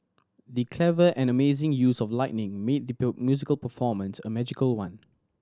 the clever and amazing use of lighting made the musical performance a magical one